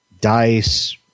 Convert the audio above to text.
Dice